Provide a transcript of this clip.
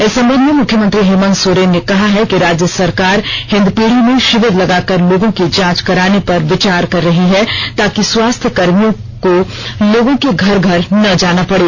इस संबंध में मुख्यमंत्री हेमंत सोरेन ने कहा है कि राज्य सरकार हिन्दपीढ़ी में षिविर लगाकर लोगों की जांच कराने पर विचार कर रही है ताकि स्वास्थ्यकर्मियों को लोगों के घर घर नहीं जाना पड़े